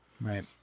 Right